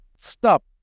Stop